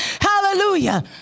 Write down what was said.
Hallelujah